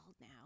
now